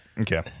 Okay